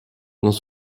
dans